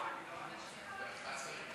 עשר דקות.